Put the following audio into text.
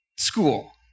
School